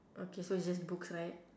okay so it's just books right